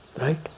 right